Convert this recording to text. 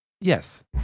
yes